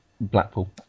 Blackpool